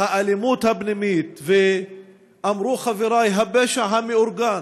האלימות הפנימית, אמרו חברי: הפשע המאורגן,